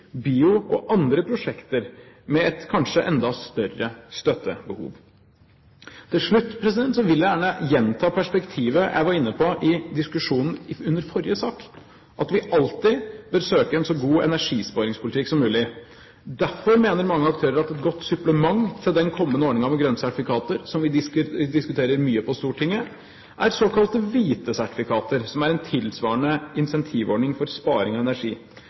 og andre prosjekter med et kanskje enda større støttebehov. Til slutt vil jeg gjerne gjenta perspektivet jeg var inne på i diskusjonen under forrige sak: at vi alltid bør søke en så god energisparingspolitikk som mulig. Derfor mener mange aktører at et godt supplement til den kommende ordningen med grønne sertifikater, som vi diskuterer mye på Stortinget, er såkalte hvite sertifikater, som er en tilsvarende incentivordning for sparing av energi.